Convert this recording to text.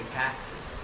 taxes